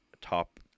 top